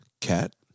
cat